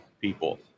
people